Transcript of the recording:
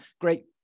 great